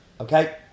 Okay